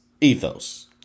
ethos